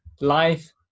life